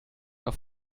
auf